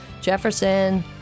Jefferson